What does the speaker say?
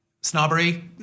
snobbery